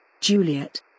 Juliet